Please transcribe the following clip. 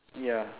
ya